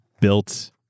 built